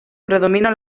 predomina